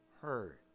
heard